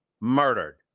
murdered